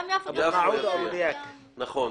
נכון.